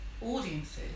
audiences